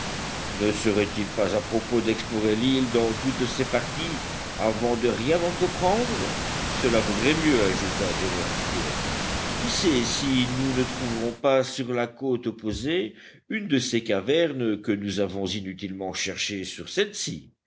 ne serait-il pas à propos d'explorer l'île dans toutes ses parties avant de rien entreprendre cela vaudrait mieux ajouta gédéon spilett qui sait si nous ne trouverons pas sur la côte opposée une de ces cavernes que nous avons inutilement cherchées sur celle-ci